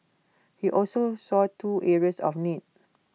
he also saw two areas of need